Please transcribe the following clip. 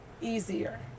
easier